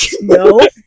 no